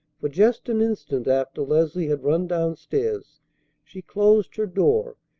for just an instant after leslie had run down-stairs she closed her door,